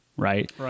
right